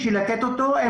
כדי לתת אותו,